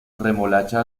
remolacha